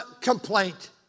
complaint